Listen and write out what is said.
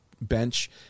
bench